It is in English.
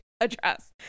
address